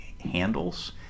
handles